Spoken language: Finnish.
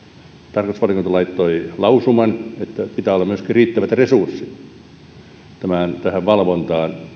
tarkastusvaliokunta laittoi lausuman että pitää olla myöskin riittävät resurssit tähän valvontaan